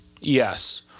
Yes